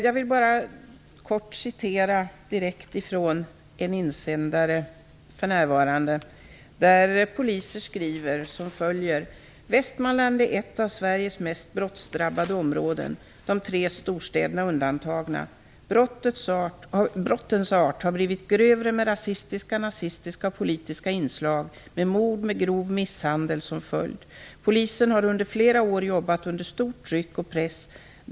Jag vill kort citera från en insändare där poliser skriver: "Västmanland är ett av Sveriges mest brottsdrabbade områden, de tre storstäderna undantagna. Brottens art har blivit grövre med rasistiska, nazistiska och politiska inslag med mord och grov misshandel som följd. Polisen har under flera år jobbat under stort tryck och press.